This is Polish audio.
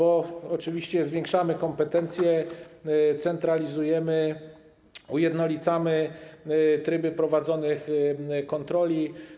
Oczywiście zwiększamy kompetencje, centralizujemy, ujednolicamy tryby prowadzonych kontroli.